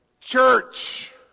Church